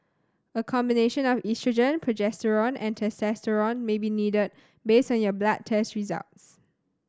a combination of oestrogen progesterone and testosterone may be needed based on your blood test results